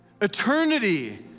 Eternity